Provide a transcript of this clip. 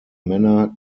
männer